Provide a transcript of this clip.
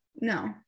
No